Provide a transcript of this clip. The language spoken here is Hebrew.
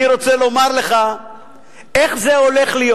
אני רוצה לומר לך איך זה הולך להיות.